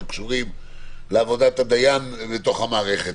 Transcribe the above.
קשורים לעבודת הדיין בתוך המערכת,